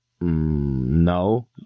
No